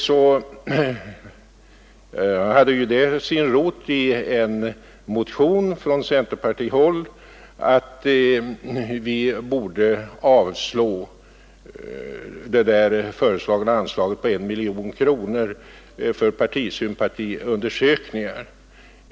Det har ju sin rot i en motion från centerpartihåll om att riksdagen borde avslå det föreslagna anslaget på 1 miljon kronor för partisympatiundersökningar.